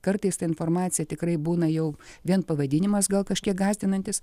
kartais ta informacija tikrai būna jau vien pavadinimas gal kažkiek gąsdinantis